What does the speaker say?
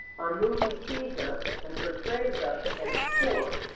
our movement sees us and portrays us as poor.